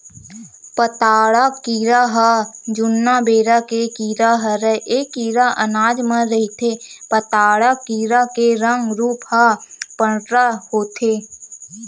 पताड़ा कीरा ह जुन्ना बेरा के कीरा हरय ऐ कीरा अनाज म रहिथे पताड़ा कीरा के रंग रूप ह पंडरा होथे